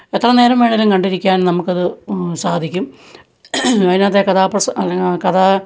എത്രനേരം വേണേലും കണ്ടിരിക്കാൻ നമുക്കത് സാധിക്കും അതിനകത്തെ കഥാപ്രസ അല്ലെങ്കില് കഥാ